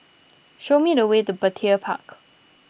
show me the way to Petir Park